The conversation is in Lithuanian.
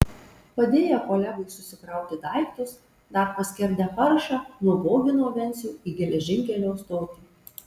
padėję kolegai susikrauti daiktus dar paskerdę paršą nubogino vencių į geležinkelio stotį